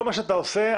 כל מה שאתה עושה,